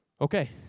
Okay